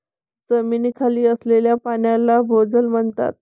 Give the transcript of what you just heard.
जमिनीखाली असलेल्या पाण्याला भोजल म्हणतात